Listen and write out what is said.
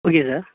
okay sir